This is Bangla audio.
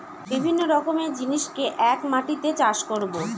বিভিন্ন রকমের জিনিসকে এক মাটিতে চাষ করাবো